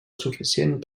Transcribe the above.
suficient